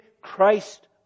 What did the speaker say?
Christ